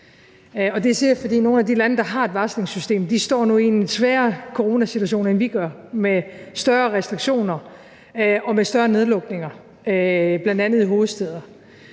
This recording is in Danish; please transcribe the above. jeg, fordi nogle af de lande, der har et varslingssystem, nu står i en sværere coronasituation, end vi gør, med større restriktioner og med større nedlukninger, bl.a. i hovedstæder.